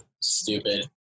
stupid